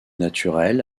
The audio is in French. naturel